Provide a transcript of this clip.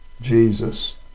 Jesus